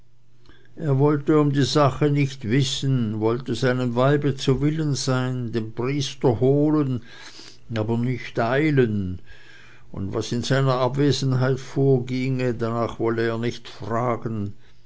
er wollte um die sache nicht wissen wollte seinem weibe zu willen sein den priester holen aber nicht eilen und was in seiner abwesenheit vorgehe darnach wolle er nicht fragen